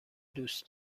دوست